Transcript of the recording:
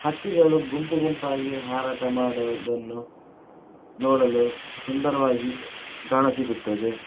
ಹಕ್ಕಿಗಳು ಗುಂಪು ಗುಂಪಾಗಿ ಹಾರಾಟ ಮಾಡುವುದನ್ನು ನೋಡಲು ಸುಂದರವಾಗಿ ಕಾಣಸಿಗುತ್ತದೆ